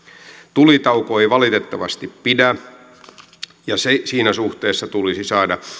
tulitauko ei valitettavasti pidä siinä suhteessa tulisi saada